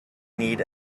need